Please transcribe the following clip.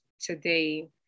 today